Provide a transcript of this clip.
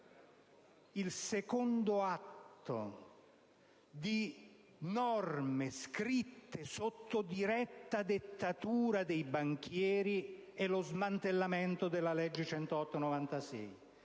il secondo atto di norme scritte sotto diretta dettatura dei banchieri è lo smantellamento della legge n.